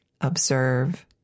observe